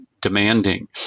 demanding